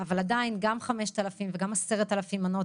אבל עדיין גם 5,000 וגם 10,000 מנות